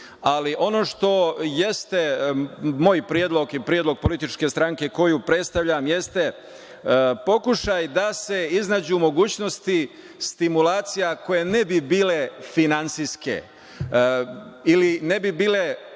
što jeste moj predlog i predlog političke stranke koju predstavljam jeste pokušaj da se iznađu mogućnosti stimulacija koje ne bi bile finansijske ili ne bi bile